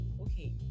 okay